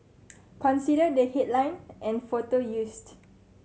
consider the headline and photo used